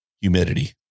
Humidity